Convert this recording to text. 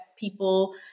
People